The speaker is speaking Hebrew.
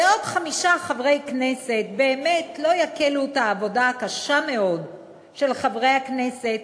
ועוד חמישה חברי כנסת באמת לא יקלו את העבודה הקשה מאוד של חברי הכנסת,